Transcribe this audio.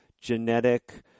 genetic